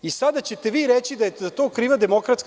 I sada ćete vi reći da je za to kriva DS.